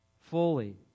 fully